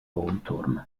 wohnturm